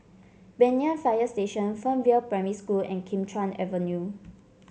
Banyan Fire Station Fernvale Primary School and Kim Chuan Avenue